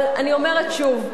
אבל אני אומרת שוב: